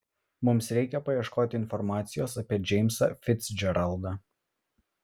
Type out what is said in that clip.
mums reikia paieškoti informacijos apie džeimsą ficdžeraldą